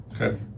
Okay